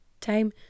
time